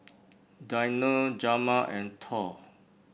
Dionne Jamal and Thor